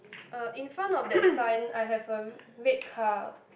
uh in front of that sign I have a red car